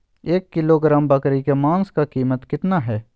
एक किलोग्राम बकरी के मांस का कीमत कितना है?